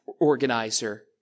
organizer